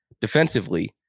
defensively